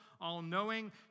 all-knowing